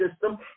system